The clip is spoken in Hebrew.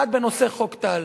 1. בנושא חוק טל.